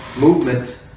movement